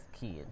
kids